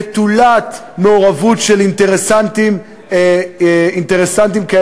נטולת השפעות של אינטרסנטים ואחרים.